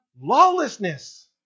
lawlessness